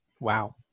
Wow